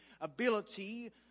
ability